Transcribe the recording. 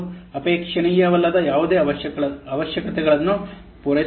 ಇದು ಅಪೇಕ್ಷಣೀಯವಲ್ಲದ ಯಾವುದೇ ಅವಶ್ಯಕತೆಗಳನ್ನು ಪೂರೈಸುತ್ತದೆ